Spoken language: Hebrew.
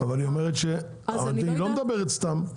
אז אני לא יודעת --- היא לא מדברת סתם.